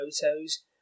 photos